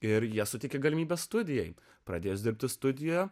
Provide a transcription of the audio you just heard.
ir jie suteikė galimybę studijai pradės dirbti studijoje